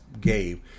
game